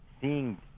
seeing